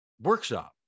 workshop